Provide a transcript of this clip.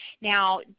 Now